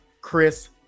Chris